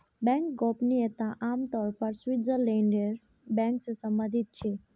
bank गोपनीयता आम तौर पर स्विटज़रलैंडेर बैंक से सम्बंधित छे